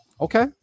okay